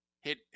Hit